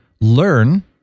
learn